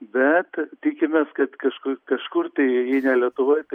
bet tikimės kad kažkur kažkur tai jei ne lietuvoj tai